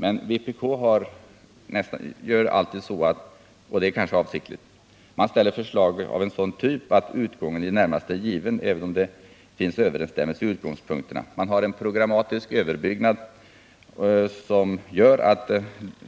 Men vpk gör alltid så — och det är kanske avsiktligt — att man lägger fram förslag av en sådan typ att utgången på förhand är given, även om det finns överensstämmelser i utgångspunkterna. Man har en programmatisk överbyggnad som gör att